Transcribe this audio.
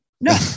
No